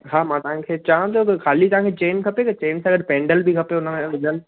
हा मां तव्हांखे चवां थो त ख़ाली तव्हांखे चैन खपे या चैन सां गॾु पैंडल बि खपे उनमें हुजनि